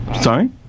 Sorry